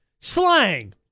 Slang